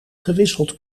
gewisseld